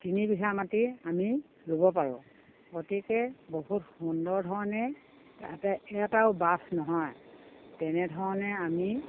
তিনি বিঘা মাটি আমি ৰুব পাৰোঁ গতিকে বহুত সুন্দৰ ধৰণে যাতে এটাও বাজ নহয় তেনেধৰণে আমি